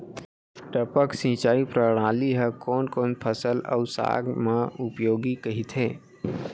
टपक सिंचाई प्रणाली ह कोन कोन फसल अऊ साग म उपयोगी कहिथे?